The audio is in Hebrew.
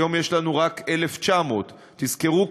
היום יש לנו רק 1,900. תזכרו,